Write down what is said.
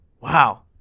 Wow